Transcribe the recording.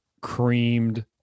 creamed